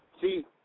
See